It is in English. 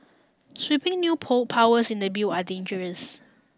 sweeping new powers in the bill are dangerous